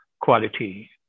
quality